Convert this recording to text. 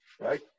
Right